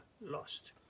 lost